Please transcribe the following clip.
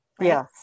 Yes